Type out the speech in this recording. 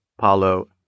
Paulo